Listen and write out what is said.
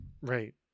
right